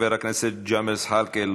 חבר הכנסת ג'מאל זחאלקה,